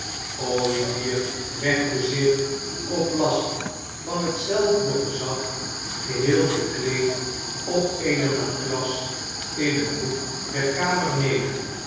olivier legde zich op last van hetzelfde gezag geheel gekleed op eene matras in een hoek der kamer neder